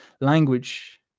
Language